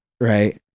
Right